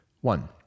one